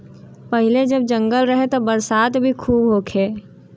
पहिले जब जंगल रहे त बरसात भी खूब होखे